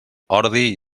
ordi